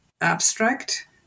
abstract